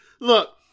Look